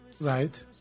Right